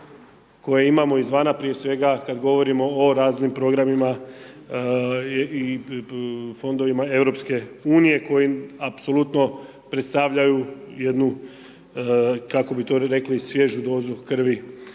koje imamo iz vana, prije svega kada govorimo o raznim programima i fondovima EU, koje apsolutno predstavljaju jednu kako bi to rekli, svježu dozu krvi